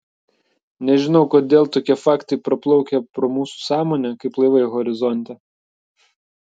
nežinau kodėl tokie faktai praplaukia pro mūsų sąmonę kaip laivai horizonte